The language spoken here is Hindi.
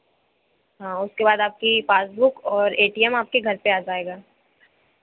हाँ उसके बाद आपकी पासबुक और ए टी एम आपके घर पे आ जाएगा